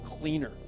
cleaner